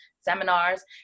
seminars